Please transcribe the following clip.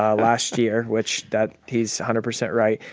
ah last year, which that he's a hundred percent right.